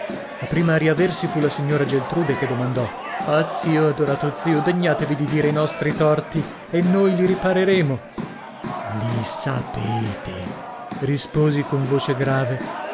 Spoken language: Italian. la prima a riaversi fu la signora geltrude che domandò ah zio adorato zio degnatevi di dire i nostri torti e noi li ripareremo i sapete risposi con voce grave